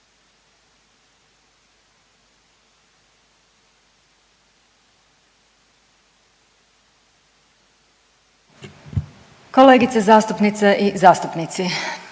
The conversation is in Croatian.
kolegice zastupnice i zastupnici,